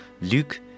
Luke